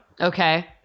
okay